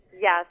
Yes